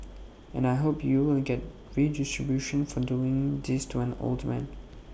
and I hope you will get redistribution for doing this to an old man